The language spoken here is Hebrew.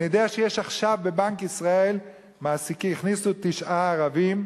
אני יודע שיש עכשיו בבנק ישראל הכניסו תשעה ערבים.